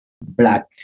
black